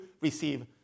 receive